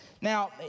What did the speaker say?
Now